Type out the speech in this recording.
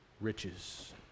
riches